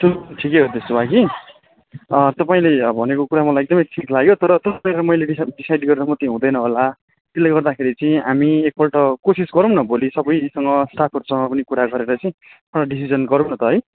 त्यो ठिकै हो त्यसो भए कि तपाईँले भनेको कुरा मलाई एकदमै ठिक लाग्यो तर तपाईँ र मैले डिसेड डिसाइड गरेर मात्रै हुँदैन होला त्यसले गर्दाखेरि चाहिँ हामी एकपल्ट कोसिस गरौँ न भोलि सबैसँग स्टाफहरूसँग पनि कुरा गरेर चाहिँ एउटा डिसिसन गरौँ न त है